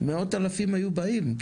מאות אלפים היו באים,